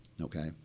okay